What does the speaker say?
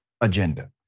agenda